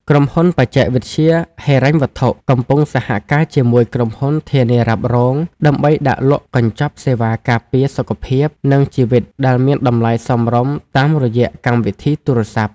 ក្រុមហ៊ុនបច្ចេកវិទ្យាហិរញ្ញវត្ថុ កំពុងសហការជាមួយក្រុមហ៊ុនធានារ៉ាប់រង ដើម្បីដាក់លក់កញ្ចប់សេវាការពារសុខភាព និងជីវិតដែលមានតម្លៃសមរម្យតាមរយៈកម្មវិធីទូរស័ព្ទ។